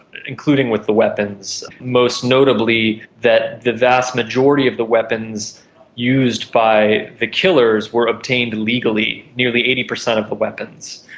and including with the weapons, most notably that the vast majority of the weapons used by the killers were obtained legally, nearly eighty percent of the weapons.